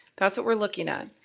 that's what we're looking at.